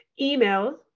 email